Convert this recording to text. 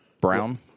Brown